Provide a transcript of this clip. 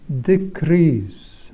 decrease